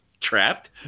trapped